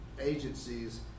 agencies